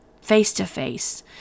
face-to-face